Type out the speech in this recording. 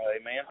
Amen